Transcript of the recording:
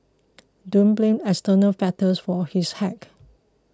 don't blame external factors for his hack